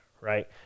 right